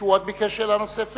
מישהו עוד ביקש שאלה נוספת?